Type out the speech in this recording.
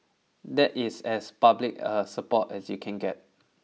that is as public a support as you can get